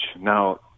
now